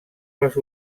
les